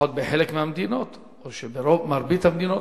לפחות בחלק מהמדינות או במרבית המדינות.